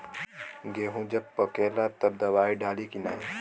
गेहूँ जब पकेला तब दवाई डाली की नाही?